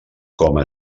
coma